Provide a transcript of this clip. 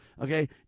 Okay